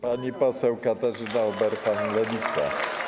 Pani poseł Katarzyna Ueberhan, Lewica.